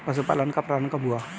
पशुपालन का प्रारंभ कब हुआ?